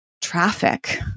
traffic